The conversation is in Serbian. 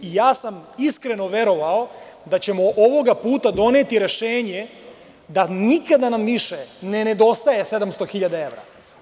Ja sam iskreno verovao da ćemo ovoga puta doneti rešenje da nikada nam više ne nedostaje 700 hiljada evra.